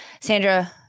Sandra